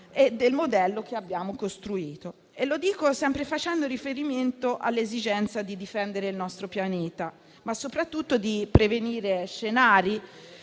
del modello che abbiamo costruito. Lo dico sempre facendo riferimento all'esigenza di difendere il nostro pianeta e soprattutto di prevenire scenari